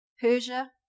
Persia